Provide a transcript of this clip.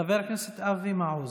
חבר הכנסת אבי מעוז.